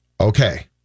Okay